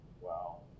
Wow